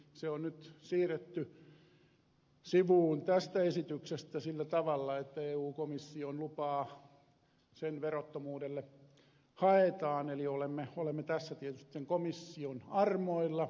se on nyt siirretty sivuun tästä esityksestä sillä tavalla että eu komission lupaa sen verottomuudelle haetaan eli olemme tässä tietysti komission armoilla